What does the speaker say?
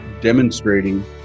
demonstrating